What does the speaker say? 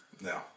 no